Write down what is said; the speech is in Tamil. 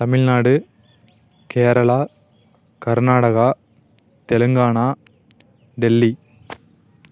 தமிழ்நாடு கேரளா கர்நாடகா தெலுங்கானா டெல்லி